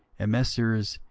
and messrs.